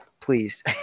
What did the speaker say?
please